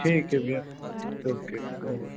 ठीक है भैया ओके बाई